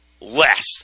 less